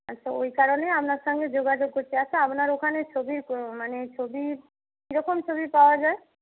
আচ্ছা ওই কারণেই আপনার সঙ্গে যোগাযোগ করছি আচ্ছা আপনার ওখানে ছবি মানে ছবির কীরকম ছবি পাওয়া যায়